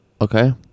Okay